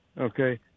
Okay